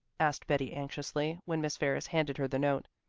asked betty anxiously, when miss ferris handed her the note.